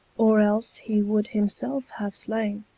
or else he would himselfe have slaine,